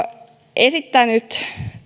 esittänyt